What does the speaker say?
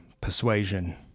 persuasion